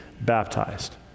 baptized